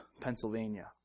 Pennsylvania